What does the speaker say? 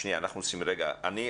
רגע,